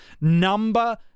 Number